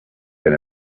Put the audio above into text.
than